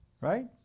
Right